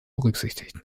berücksichtigt